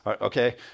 okay